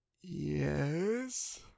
Yes